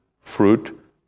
fruit